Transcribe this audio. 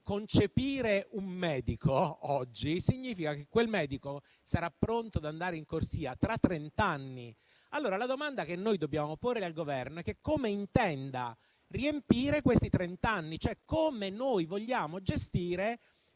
concepire un medico oggi significa che quel medico sarà pronto ad andare in corsia tra trent'anni. Allora, la domanda che dobbiamo porre al Governo è come intenda riempire questi trent'anni, cioè come vogliamo gestire